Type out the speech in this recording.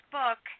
book